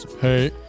Hey